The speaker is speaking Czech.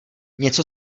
něco